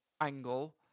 angle